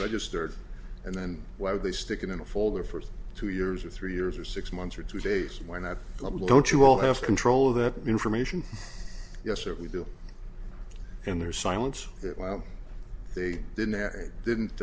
registered and then why would they stick it in a folder for two years or three years or six months or two days when i don't you all have control of that information yes that we do and their silence well they didn't